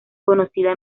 conocida